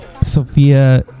Sophia